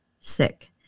sick